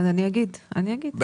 אני אגיד.